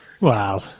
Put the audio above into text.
Wow